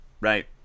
right